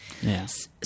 yes